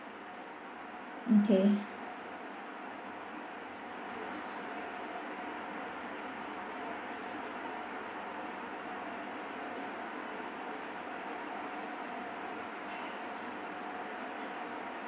okay